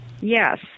Yes